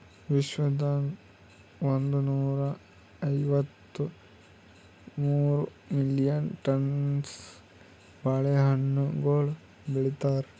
ವಿಶ್ವದಾಗ್ ಒಂದನೂರಾ ಐವತ್ತ ಮೂರು ಮಿಲಿಯನ್ ಟನ್ಸ್ ಬಾಳೆ ಹಣ್ಣುಗೊಳ್ ಬೆಳಿತಾರ್